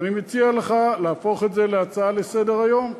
שאני מציע לך להפוך את זה להצעה לסדר-היום.